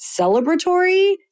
celebratory